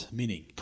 meaning